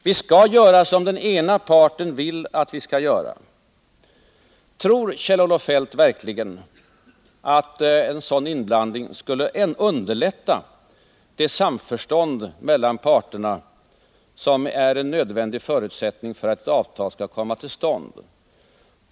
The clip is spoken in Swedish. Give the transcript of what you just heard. Vi skall göra som den ena parten vill att vi skall göra, menar Kjell-Olof Feldt. Tror Kjell-Olof Feldt verkligen att en sådan inblandning skulle underlätta det samförstånd mellan parterna som är en nödvändig förutsättning för att avtal skall komma till stånd?